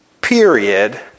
period